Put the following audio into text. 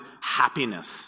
happiness